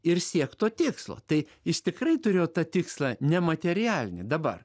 ir siekt to tikslo tai jis tikrai turėjo tą tikslą ne materialinį dabar